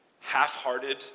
half-hearted